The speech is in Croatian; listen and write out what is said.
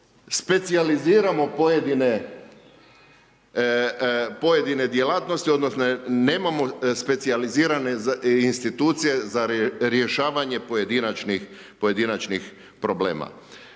specijaliziramo pojedine djelatnosti odnosno nemamo specijalizirane institucije za rješavanje pojedinačnih problema.